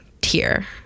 tier